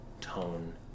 tone